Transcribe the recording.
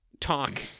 talk